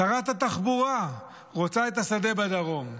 שרת התחבורה רוצה את השדה בדרום,